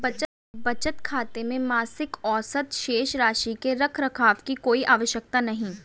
बचत खाते में मासिक औसत शेष राशि के रख रखाव की कोई आवश्यकता नहीं